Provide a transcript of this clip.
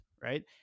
right